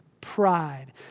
pride